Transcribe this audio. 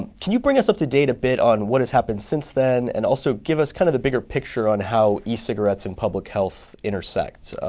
can you bring us up to date a bit on what has happened since then? and also, give us kind of a bigger picture on how e-cigarettes and public health intersect.